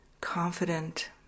confident